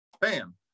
bam